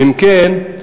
ואם כן,